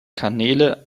kanäle